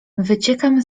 wyciekam